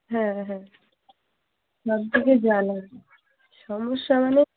হ্যাঁ হ্যাঁ সবদিকে জ্বালা সমস্যা মানে